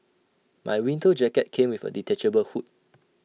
my winter jacket came with A detachable hood